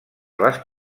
les